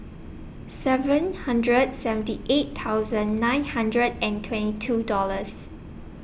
seven hundred seventy eight thousand nine hundred and twenty two Dollars